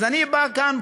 אז אני בא לכאן,